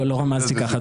אני לא רמזתי ככה,